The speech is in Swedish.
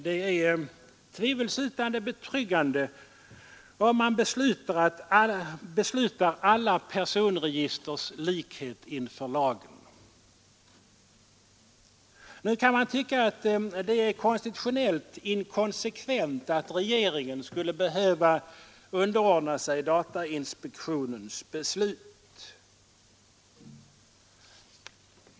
Det är tvivelsutan betryggande om man beslutar om alla personregisters likhet inför lagen. Nu kan man tycka att det är konstitutionellt inkonsekvent att regeringen skulle behöva underordna sig datainspektionens beslut.